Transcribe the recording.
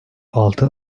altı